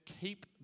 keep